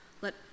Let